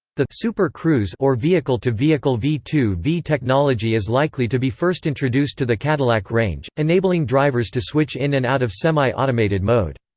the super cruise or vehicle-to-vehicle v two v technology is likely to be first introduced to the cadillac range, enabling drivers to switch in and out of semi-automated mode.